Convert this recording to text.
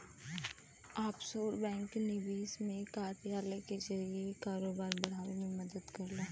offshore bank विदेश में कार्यालय के जरिए कारोबार बढ़ावे में मदद करला